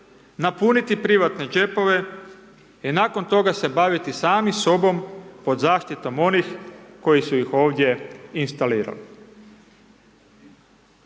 napuniti privatne džepove i nakon toga se baviti sami sobom pod zaštitom onih koji su ih ovdje instalirali.